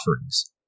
offerings